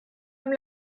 même